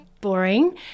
boring